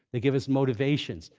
they give us motivations.